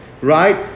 Right